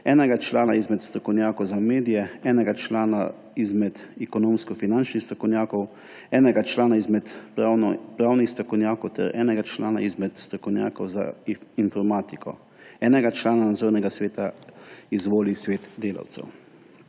enega člana izmed strokovnjakov za medije, enega člana izmed ekonomsko-finančnih strokovnjakov, enega člana izmed pravnih strokovnjakov ter enega člana izmed strokovnjakov za informatiko. Enega člana Nadzornega sveta izvoli Svet delavcev.